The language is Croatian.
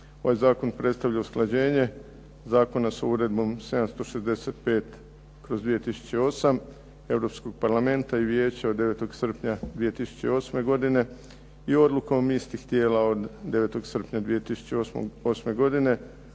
Ovaj zakon predstavlja usklađenje zakona sa uredbom 765/2008 Europskog Parlamenta i vijeća od 9. srpnja 2008. godine i odlukom istih tijela od 9. srpnja 2008. godine